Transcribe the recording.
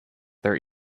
their